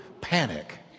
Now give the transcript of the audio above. panic